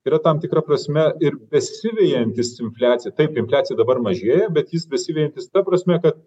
yra tam tikra prasme ir besivejantis infliaciją taip infliacija dabar mažėja bet jis besivejantis ta prasme kad